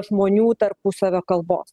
žmonių tarpusavio kalbos